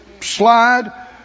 slide